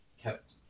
kept